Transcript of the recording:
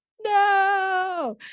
No